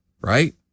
right